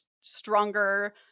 stronger